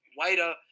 waiter